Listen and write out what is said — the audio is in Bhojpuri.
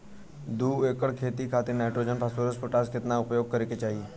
दू एकड़ खेत खातिर नाइट्रोजन फास्फोरस पोटाश केतना उपयोग करे के चाहीं?